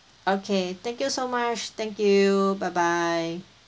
okay thank you so much thank you bye bye